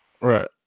Right